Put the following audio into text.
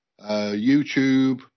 YouTube